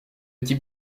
type